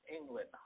England